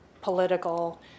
political